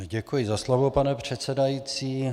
Děkuji za slovo, pane předsedající.